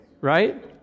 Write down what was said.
right